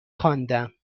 خواندم